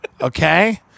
Okay